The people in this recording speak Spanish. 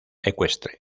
ecuestre